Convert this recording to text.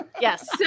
Yes